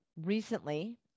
recently